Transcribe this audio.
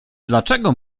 dlaczego